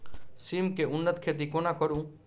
सिम केँ उन्नत खेती कोना करू?